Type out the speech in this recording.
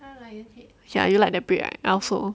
ya you like the breed right I also